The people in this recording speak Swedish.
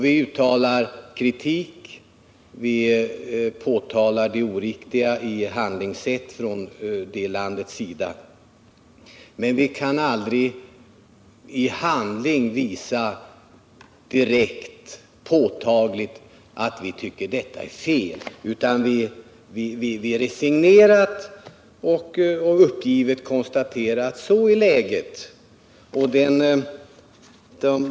Vi uttalar kritik och påtalar det oriktiga i sovjetiska handlingssätt, men vi kan aldrig i gärning direkt påtagligt visa att vi tycker att Sovjetunionens agerande är felaktigt. Resignerat och uppgivet konstaterar vi hur läget är.